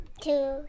Two